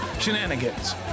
Shenanigans